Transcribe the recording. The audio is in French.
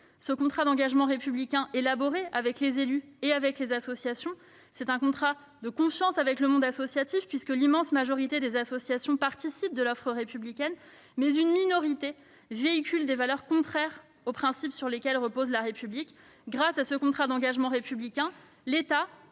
Ce contrat d'engagement républicain, élaboré avec les élus et les associations, est un contrat de confiance avec le monde associatif. L'immense majorité des associations participent de l'offre républicaine, mais une minorité d'entre elles véhiculent des valeurs contraires aux principes sur lesquels repose la République. Grâce à ce contrat d'engagement républicain, l'État